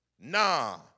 Nah